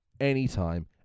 anytime